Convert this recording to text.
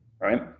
right